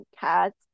cats